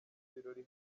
ibirori